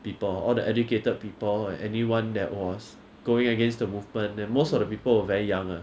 people all the educated people and anyone that was going against the movement then most of the people were very young ah